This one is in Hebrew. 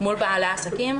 מול בעלי העסקים,